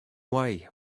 way